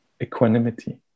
equanimity